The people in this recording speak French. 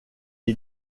est